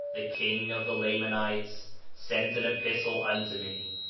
the king of the lamanites sent an epistle unto me,